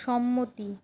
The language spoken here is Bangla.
সম্মতি